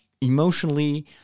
emotionally